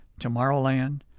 Tomorrowland